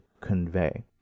convey